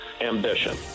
Ambition